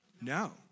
No